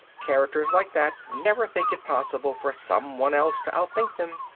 characters like that never think it possible for someone else to outthink them.